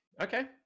okay